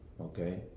Okay